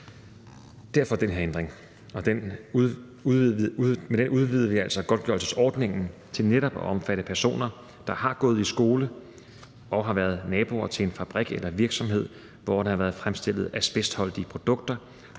laver vi den her ændring, og med den udvider vi altså godtgørelsesordningen til netop at omfatte personer, der har gået i skole og har været naboer til en fabrik eller virksomhed, hvor der har været fremstillet asbestholdige produkter,